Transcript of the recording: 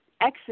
exit